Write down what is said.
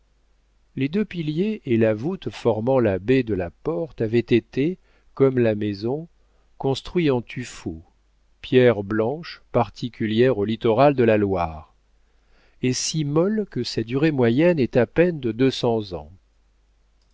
les deux piliers et la voûte formant la baie de la porte avaient été comme la maison construits en tuffeau pierre blanche particulière au littoral de la loire et si molle que sa durée moyenne est à peine de deux cents ans